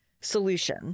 solution